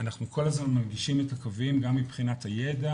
אנחנו כל הזמן מרגישים את הקווים גם מבחינת הידע,